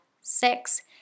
six